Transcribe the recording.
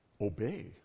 obey